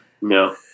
No